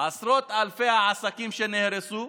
עשרות אלפי העסקים שנהרסו,